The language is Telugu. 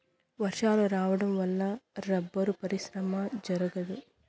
వర్షాలు రావడం వల్ల రబ్బరు పరిశ్రమ జరగదు